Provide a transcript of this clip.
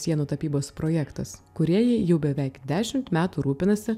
sienų tapybos projektas kūrėjai jau beveik dešimt metų rūpinasi